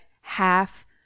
half